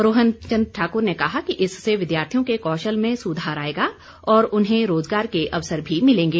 रोहन चन्द ठाकुर ने कहा कि इससे विद्यार्थियों के कौशल में सुधार आएगा और उन्हें रोजगार के अवसर भी मिलेंगे